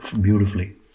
beautifully